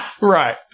Right